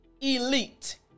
elite